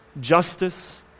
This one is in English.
justice